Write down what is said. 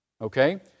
Okay